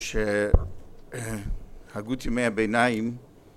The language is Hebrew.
ש... הגות ימי הביניים